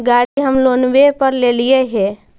गाड़ी हम लोनवे पर लेलिऐ हे?